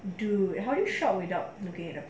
dude how you shop without looking at the